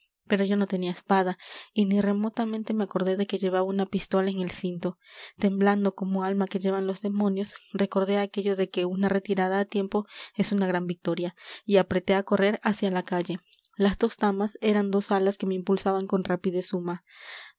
pero yo no tenía espada y ni remotamente me acordé de que llevaba una pistola en el cinto temblando como alma que llevan los demonios recordé aquello de que una retirada a tiempo es una gran victoria y apreté a correr hacia la calle las dos damas eran dos alas que me impulsaban con rapidez suma